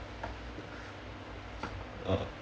uh